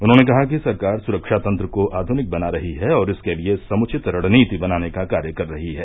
उन्होंने कहा कि सरकार सुरक्षा तंत्र को आध्निक बना रही है और इसके लिये समुचित रणनीति बनाने का कार्य कर रही है